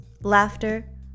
laughter